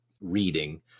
reading